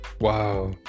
Wow